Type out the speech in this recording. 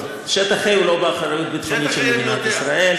שטח A הוא לא באחריות ביטחונית של מדינת ישראל.